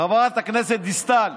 חברת הכנסת דיסטל,